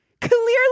clearly